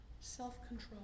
Self-control